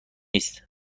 است